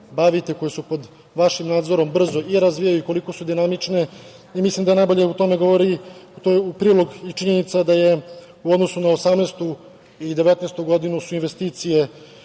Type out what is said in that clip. koje su pod vašim nadzorom brzo i razvijaju i koliko su dinamične. Mislim da najbolje o tome govori u prilog i činjenica da su u odnosu na 2018. i 2019. godinu ukupne investicije